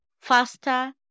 faster